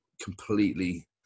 completely